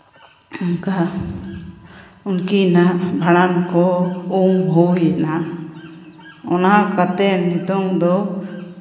ᱚᱱᱠᱟ ᱩᱱᱠᱤᱱᱟᱜ ᱵᱷᱟᱸᱰᱟᱱ ᱠᱚ ᱩᱢ ᱦᱩᱭ ᱮᱱᱟ ᱚᱱᱟ ᱠᱟᱛᱮ ᱱᱤᱛᱚᱝ ᱫᱚ